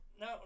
No